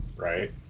right